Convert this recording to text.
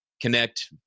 connect